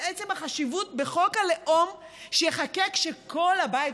עצם החשיבות בחוק הלאום שייחקק שכל הבית,